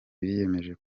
biyemeje